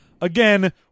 again